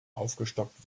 aufgestockt